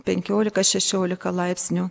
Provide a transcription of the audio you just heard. penkiolika šešiolika laipsnių